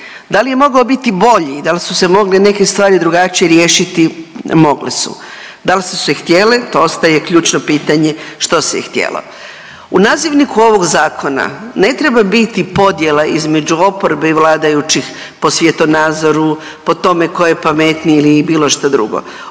Da li mogao biti bolji, da li su se mogle neke stvari drugačije riješiti, mogle su. Da li su se htjele to ostaje ključno pitanje što se htjelo. U nazivniku ovog zakona ne treba biti podjela između oporbe i vladajućih po svjetonazoru, po tome tko je pametniji ili bilo što drugo.